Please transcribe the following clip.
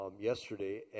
yesterday